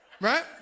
Right